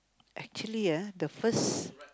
actually ah the first